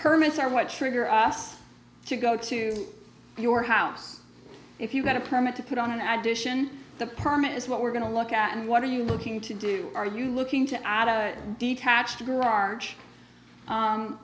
permits are what trigger us to go to your house if you got a permit to put on an admission the permit is what we're going to look at and what are you looking to do are you looking to add a detached